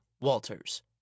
Walters